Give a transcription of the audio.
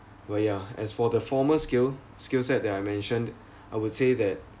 well yeah as for the former skill skill set that I mentioned I would say that